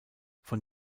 von